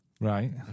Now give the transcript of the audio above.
Right